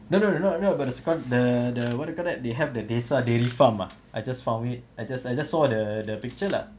no no not not about the the the what you call that they have the desa dairy farm ah I just found it I just I just saw the the picture lah